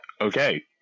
Okay